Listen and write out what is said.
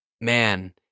man